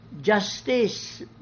justice